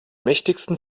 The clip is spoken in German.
mächtigsten